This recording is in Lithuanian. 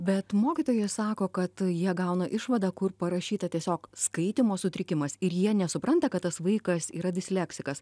bet mokytojai sako kad jie gauna išvadą kur parašyta tiesiog skaitymo sutrikimas ir jie nesupranta kad tas vaikas yra disleksikas